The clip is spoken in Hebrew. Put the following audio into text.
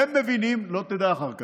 אופיר, לא תדע אחר כך,